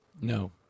no